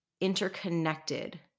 interconnected